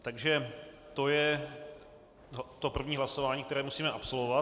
Takže to je to první hlasování, které musíme absolvovat.